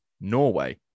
norway